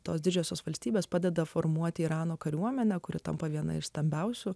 tos didžiosios valstybės padeda formuoti irano kariuomenę kuri tampa viena iš stambiausių